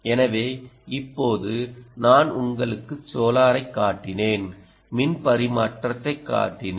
எனவே இப்போது நான் உங்களுக்கு சோலாரை காட்டினேன் மின் பரிமாற்றத்தைக் காட்டினேன்